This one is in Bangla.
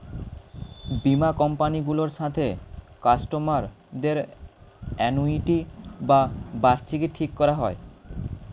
বীমা কোম্পানি গুলোর সাথে কাস্টমার দের অ্যানুইটি বা বার্ষিকী ঠিক করা হয়